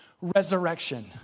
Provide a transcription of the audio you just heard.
Resurrection